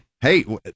hey